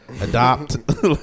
Adopt